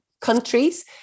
countries